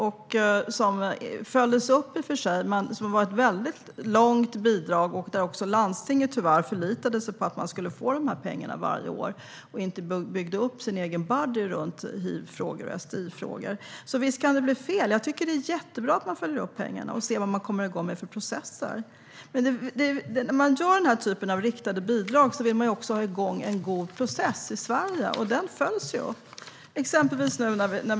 Det följdes i och för sig upp, men det har varit ett väldigt långvarigt bidrag som landstinget tyvärr förlitade sig på att man skulle få varje år och därför inte byggde upp en egen body runt hiv och STI-frågor. Så visst kan det bli fel. Jag tycker att det är jättebra att man följer upp pengarna och ser vad man kommer igång med för processer. Men när man gör den här typen av riktade bidrag vill man ju också ha igång en god process i Sverige, vilket nu följs upp.